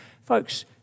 folks